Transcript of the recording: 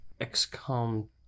XCOM